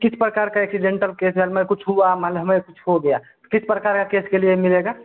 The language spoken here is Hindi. किस प्रकार का एक्सीडेंटल केस अगर मैं कुछ हुआ माने हमें कुछ हो गया किस प्रकार के केस के लिए मिलेगा